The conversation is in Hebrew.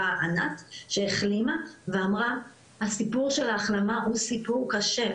באה ענת שהחלימה ואמרה הסיפור של ההחלמה הוא סיפור קשה,